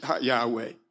Yahweh